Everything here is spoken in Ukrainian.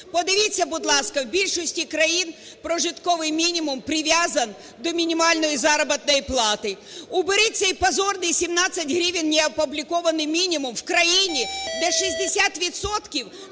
Подивіться, будь ласка, в більшості країн прожитковий мінімум прив'язаний до мінімальної заробітної плати. Уберіть цей позорний, 17 гривень, неоподаткований мінімум в країні, де 60